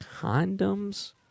condoms